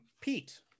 Pete